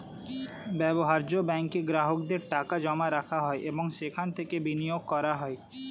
ব্যবহার্য ব্যাঙ্কে গ্রাহকদের টাকা জমা রাখা হয় এবং সেখান থেকে বিনিয়োগ করা হয়